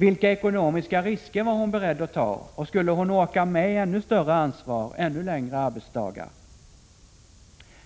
Vilka ekonomiska risker var hon beredd att ta, och skulle hon orka med ett ännu större ansvar, ännu längre arbetsdagar?